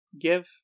give